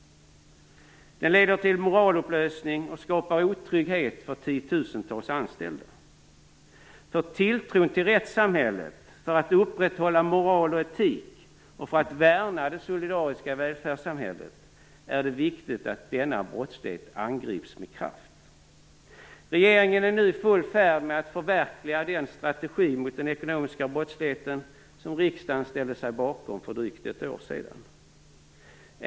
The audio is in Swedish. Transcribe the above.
Den leder till moralupplösning och skapar otrygghet för tiotusentals anställda. För tilltron till rättssamhället, för att upprätthålla moral och etik och för att värna det solidariska välfärdssamhället är det viktigt att denna brottslighet angrips med kraft. Regeringen är nu i full färd med att förverkliga den strategi mot den ekonomiska brottsligheten som riksdagen ställde sig bakom för drygt ett år sedan.